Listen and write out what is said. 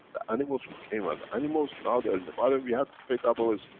the animals who came as animals, now they're in the violent, we had to pay double as.